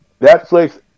Netflix